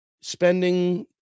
spending